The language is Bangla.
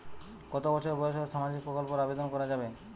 কত বছর বয়স হলে সামাজিক প্রকল্পর আবেদন করযাবে?